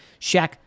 Shaq